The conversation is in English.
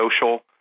social